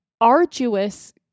arduous